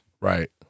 Right